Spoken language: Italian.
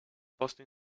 posto